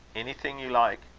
anything you like.